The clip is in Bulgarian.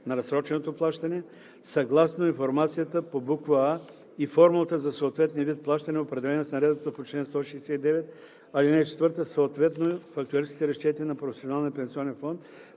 на разсроченото плащане, съгласно информацията по буква „а“ и формулата за съответния вид плащане, определена с наредбата по чл. 169, ал. 14, съответно в актюерските разчети на професионалния пенсионен фонд,